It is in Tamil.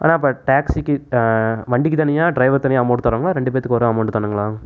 அண்ணா இப்போ டேக்ஸிக்கு வண்டிக்கு தனியாக டிரைவர்க்கு தனியாக அமௌண்ட் தரணுங்களா ரெண்டு பேர்த்துக்கும் ஒரே அமௌண்ட் தானுங்களா